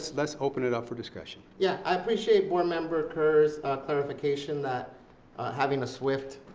let's open it up for discussion. yeah, i appreciate board member kerr's clarification that having a swift